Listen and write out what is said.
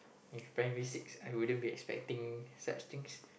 if primary six I wouldn't be expecting such things